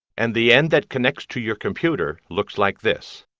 and the end that connects to your computer looks like this.